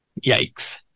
Yikes